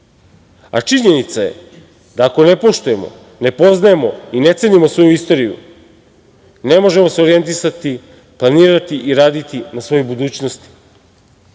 a činjenica je da ako ne poštujemo, ne poznajemo i ne cenimo svoju istoriju, ne možemo se orijentisati, planirati i raditi na svojoj budućnosti. Poučeni